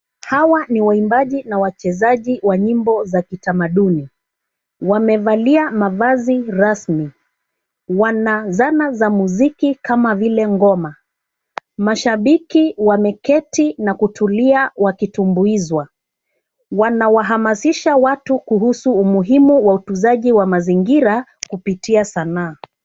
Hawa ni waimbaji na wachezaji wa nyimbo za kitamaduni. Wamevalia mavazi rasmi. Wana zana za muziki kama vile ngoma. Mashabiki wameketi na kutulia wakitumbuizwa. Wanawahamasisha watu kuhusu umuhimu wa utunzaji wa mazingira kupitia sanaa.